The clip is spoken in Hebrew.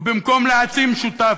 ובמקום להעצים שותף,